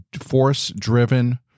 force-driven